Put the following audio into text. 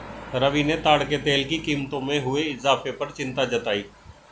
रवि ने ताड़ के तेल की कीमतों में हुए इजाफे पर चिंता जताई